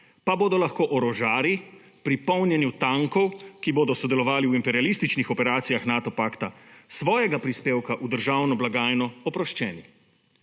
pa bodo lahko orožarji pri polnjenju tankov, ki bodo sodelovali v imperialističnih operacijah Nato pakta svojega prispevka v državno blagajno oproščeni.